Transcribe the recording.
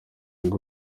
ngo